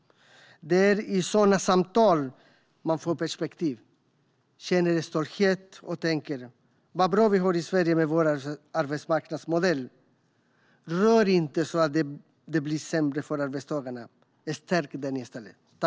Det är i sådana samtal man får perspektiv. Man känner stolthet och tänker: Vad bra vi har det i Sverige med vår arbetsmarknadsmodell. Rör inte den så att det blir sämre för arbetstagarna, utan stärk den i stället!